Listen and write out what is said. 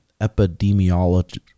epidemiology